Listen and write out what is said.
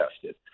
tested